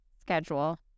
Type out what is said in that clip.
schedule